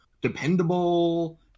dependable